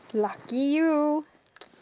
lucky you